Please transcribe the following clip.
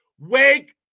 Wake